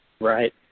Right